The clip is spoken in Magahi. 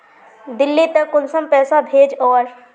दिल्ली त कुंसम पैसा भेज ओवर?